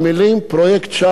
לא קיים הנושא הזה.